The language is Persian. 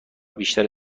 بیشتر